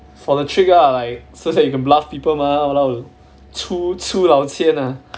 for the trick ah like so that you can bluff people mah !walao! 出出老千 ah